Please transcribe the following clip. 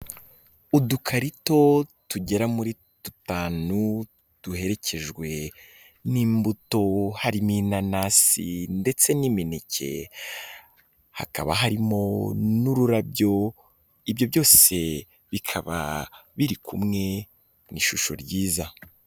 Udukarito tugera muri dutanu duherekejwe n'imbuto harimo inanasi ndetse n'imineke hakaba harimo n'ururabyo, ibyo byose bikaba biri kumwe mu ishusho ryiza.